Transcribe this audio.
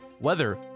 weather